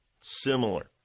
similar